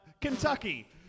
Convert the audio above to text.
Kentucky